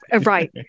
right